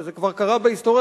וזה כבר קרה בהיסטוריה,